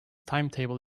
timetable